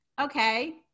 Okay